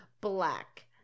black